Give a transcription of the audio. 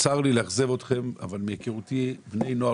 צר לי לאכזב אתכם אבל מהיכרותי בני הנוער